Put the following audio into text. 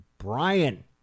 Brian